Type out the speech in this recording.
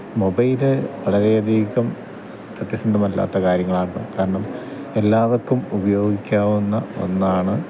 mobile വളരെ അധികം സത്യസന്ധമല്ലാത്ത കാര്യങ്ങളാണ് കാരണം എല്ലാവർക്കും ഉപയോഗിക്കാവുന്ന ഒന്നാണ്